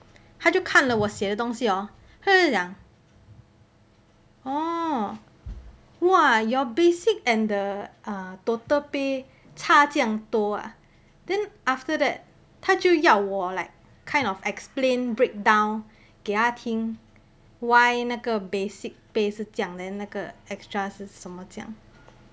她就看了我写的东西 hor 她就讲 orh !wah! your basic and the total pay 差这样多啊 then after that 她就要我 like kind of explain break down 给她听 why 那个 basic pay 是这样 then 那个 extra 是什么这样